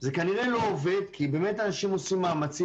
זה כנראה לא עובד כי באמת אנשים עושים מאמצים